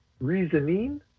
reasoning